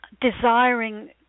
desiring